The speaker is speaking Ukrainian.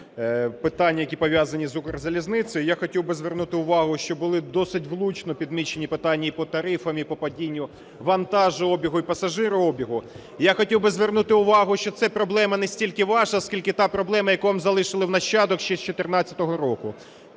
питань, які пов'язані з Укрзалізницею. Я хотів би звернути увагу, що були досить влучно підмічені питання і по тарифах, і по падінню вантажообігу і пасажирообігу. Я хотів би звернути увагу, що це проблема не стільки ваша, скільки та проблема, яку вам залишили в нащадок ще з 14-го року.